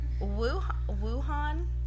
Wuhan